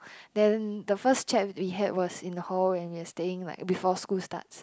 then the first chat we had was in hall when we are staying like before school starts